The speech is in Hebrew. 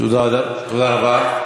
תודה רבה.